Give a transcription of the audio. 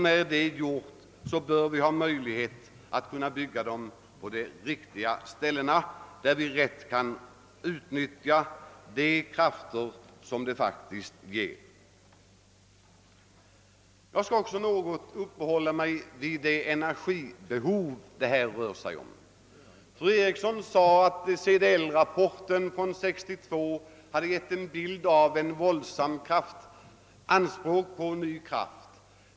När det är gjort, bör vi ha möjlighet att bygga dem på det ställe där vi rätt kan utnyttja deras kraft. Jag skall också något uppehålla mig vid det energibehov det här rör sig om. Fru Eriksson sade, att CDL-rapporten från år 1962 hade givit en bild av ett våldsamt anspråk på ny kraft.